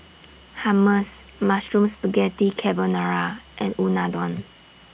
Hummus Mushroom Spaghetti Carbonara and Unadon